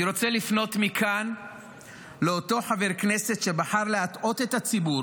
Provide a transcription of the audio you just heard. אני רוצה לפנות מכאן לאותו חבר כנסת שבחר להטעות את הציבור